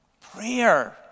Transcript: Prayer